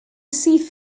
syth